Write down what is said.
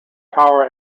power